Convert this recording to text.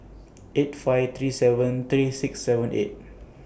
eight five three seven three six seven eight